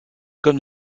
comme